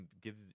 give